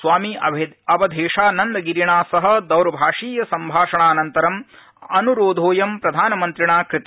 स्वामी अवधेशानन्दगिरिणा सह दौरभाषीय संभाषणानन्तरम् अन्रोधोऽयं प्रधानमन्त्रिणा कृत